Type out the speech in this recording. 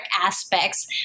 aspects